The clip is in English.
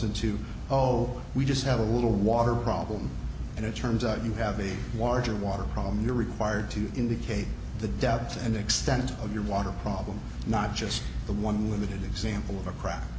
into oh we just have a little water problem and it turns out you have a larger water problem you're required to indicate the depth and extent of your water problem not just the one with the example of a cra